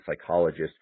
psychologist